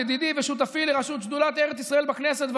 ידידי ושותפי לראשות שדולת ארץ ישראל בכנסת,